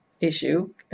issue